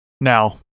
now